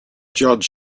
judge